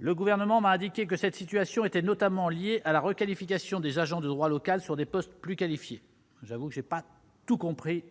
Le Gouvernement m'a indiqué que cette situation était notamment liée à la requalification des agents de droit local sur des postes plus qualifiés. J'avoue être un peu surpris